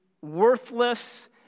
Worthless